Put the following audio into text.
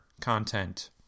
content